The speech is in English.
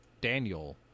Daniel